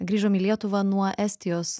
grįžom į lietuvą nuo estijos